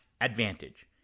advantage